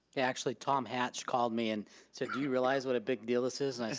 actually tom hatch called me and said, do you realize what a big deal this is,